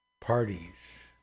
parties